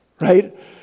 right